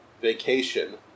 vacation